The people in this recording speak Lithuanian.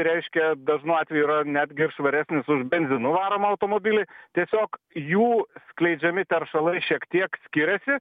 reiškia dažnu atveju yra netgi ir švaresnis už benzinu varomą automobilį tiesiog jų skleidžiami teršalai šiek tiek skiriasi